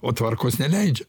o tvarkos neleidžia